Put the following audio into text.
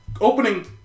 opening